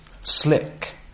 slick